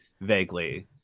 vaguely